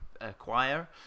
acquire